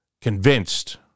convinced